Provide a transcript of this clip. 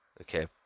Okay